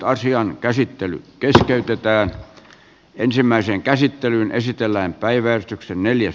asian käsittely keskeytetään ensimmäiseen käsittelyyn esitellään päiväystyksen neljäs